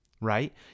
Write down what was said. Right